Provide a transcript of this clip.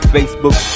Facebook